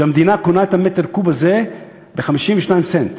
כשהמדינה קונה את המ"ק הזה ב-52 סנט.